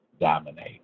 dominate